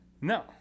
No